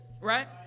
right